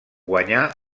guanyà